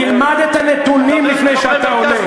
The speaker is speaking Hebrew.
תלמד את הנתונים לפני שאתה עונה.